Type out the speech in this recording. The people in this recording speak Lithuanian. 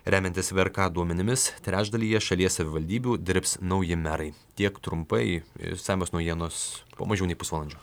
remiantis vrk duomenimis trečdalyje šalies savivaldybių dirbs nauji merai tiek trumpai išsamios naujienos po mažiau nei pusvalandžio